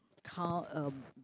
count um